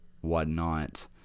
whatnot